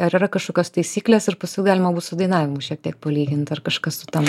ar yra kažkokios taisyklės ir paskui galima bus su dainavimu šiek tiek palygint ar kažkas sutam